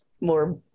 more